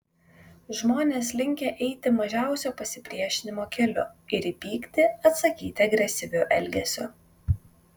žmonės linkę eiti mažiausio pasipriešinimo keliu ir į pyktį atsakyti agresyviu elgesiu